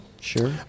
Sure